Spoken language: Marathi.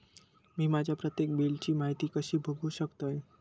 मी माझ्या प्रत्येक बिलची माहिती कशी बघू शकतय?